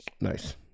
nice